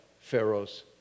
Pharaoh's